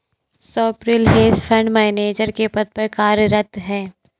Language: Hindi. स्वप्निल हेज फंड मैनेजर के पद पर कार्यरत है